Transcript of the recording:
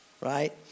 right